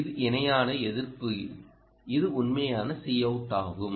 இது இணையான எதிர்ப்பு இது உண்மையான Cout ஆகும்